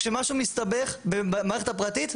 כשמשהו מסתבך במערכת הפרטית,